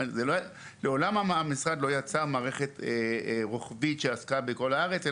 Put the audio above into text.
לעולם המשרד לא יצר מערכת רוחבית שעסקה בכל הארץ,